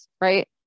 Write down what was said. right